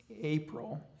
April